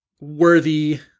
worthy